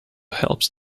helps